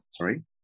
sorry